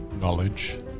Knowledge